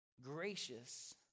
gracious